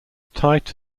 tight